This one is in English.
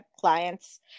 clients